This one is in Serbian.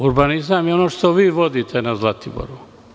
Urbanizam je ono što vi vodite na Zlatiboru.